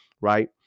right